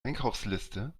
einkaufsliste